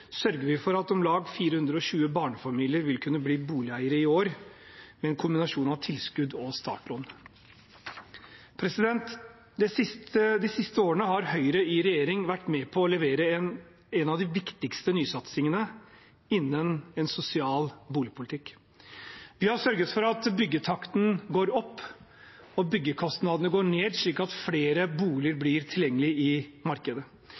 sørger vi for at om lag 420 barnefamilier vil kunne bli boligeiere i år, med en kombinasjon av tilskudd og startlån. De siste årene har Høyre i regjering vært med på å levere en av de viktigste nysatsingene innen en sosial boligpolitikk. Vi har sørget for at byggetakten går opp og byggekostnadene ned, slik at flere boliger blir tilgjengelige i markedet.